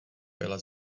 byla